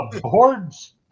boards